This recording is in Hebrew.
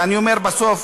ואני אומר בסוף,